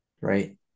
Right